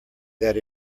that